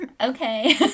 Okay